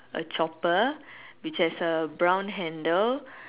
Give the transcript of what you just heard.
a chopper which has a brown handle